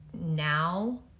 now